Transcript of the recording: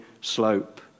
slope